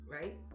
right